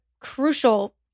crucial